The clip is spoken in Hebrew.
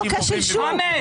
יש פה כשל שוק.